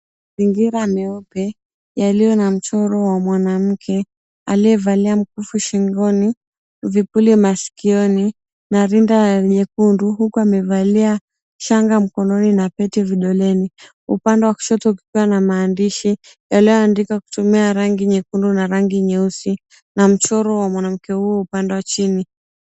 Mazingira meupe, yaliyo na mchoro wa mwanamke, aliyevalia mkufu shingoni, vipuli masikioni, na rinda nyekundu. Huku amevalia shanga mkononi, na pete vidoleni. Upande wa kushoto kukawa na maandishi yaliyoandikwa kutumia rangi nyekundu na rangi nyeusi, na mchoro wa mwanamke huyu upande wa chini.